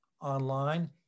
online